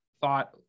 thought